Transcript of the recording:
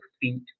feet